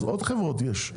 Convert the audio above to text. אז עוד חברות יש,